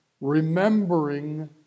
remembering